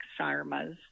sarmas